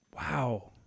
wow